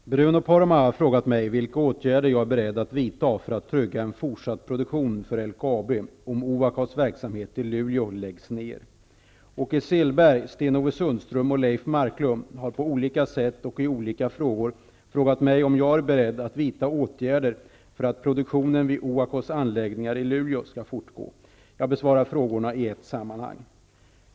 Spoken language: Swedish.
Herr talman! Bruno Poromaa har frågat mig vilka åtgärder jag är beredd att vidta för att trygga en fortsatt produktion för LKAB om Ovakos verksamhet i Luleå läggs ner. Åke Selberg, Sten Ove Sundström och Leif Marklund har på olika sätt och i olika frågor frågat mig om jag är beredd att vidta åtgärder för att produktionen vid Ovakos anläggningar i Luleå skall fortgå. Jag besvarar frågorna i ett sammanhang.